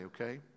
okay